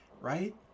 right